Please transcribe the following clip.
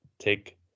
take